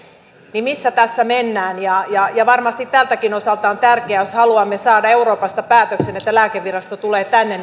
missä tässä mennään varmasti tältäkin osalta on tärkeää jos haluamme saada euroopasta päätöksen että lääkevirasto tulee tänne